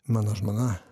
mano žmona